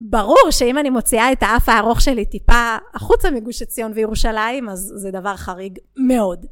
ברור שאם אני מוציאה את האף הארוך שלי טיפה החוצה מגוש עציון וירושלים, אז זה דבר חריג מאוד.